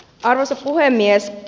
arvoisa puhemies